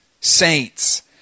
saints